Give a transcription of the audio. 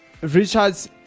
Richard's